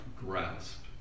grasp